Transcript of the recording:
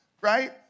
Right